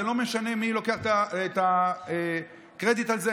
זה לא משנה מי לוקח את הקרדיט על זה.